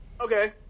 Okay